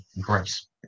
grace